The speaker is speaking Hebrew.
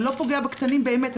זה לא פוגע בקטנים באמת.